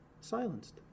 silenced